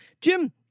Jim